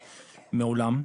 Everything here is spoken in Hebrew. מעולם,